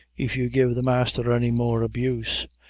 if you give the masther any more abuse.